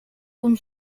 con